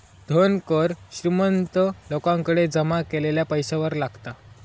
धन कर श्रीमंत लोकांकडे जमा केलेल्या पैशावर लागता